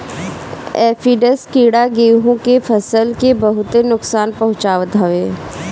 aphids कीड़ा गेंहू के फसल के बहुते नुकसान पहुंचावत हवे